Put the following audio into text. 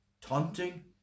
taunting